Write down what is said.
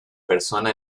persona